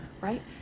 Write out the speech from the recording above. right